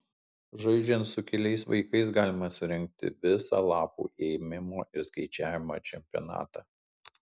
žaidžiant su keliais vaikais galima surengti visą lapų ėmimo ir skaičiavimo čempionatą